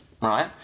right